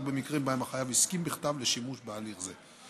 במקרים שבהם החייב הסכים בכתב לשימוש בהליך זה.